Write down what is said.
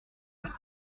c’est